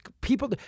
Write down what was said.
people